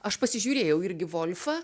aš pasižiūrėjau irgi volfą